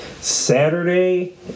Saturday